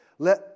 Let